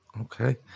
Okay